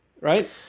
Right